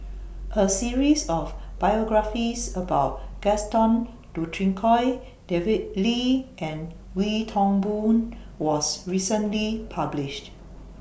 A series of biographies about Gaston Dutronquoy David Lee and Wee Toon Boon was recently published